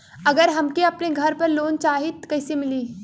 अगर हमके अपने घर पर लोंन चाहीत कईसे मिली?